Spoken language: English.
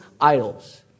idols